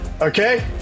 okay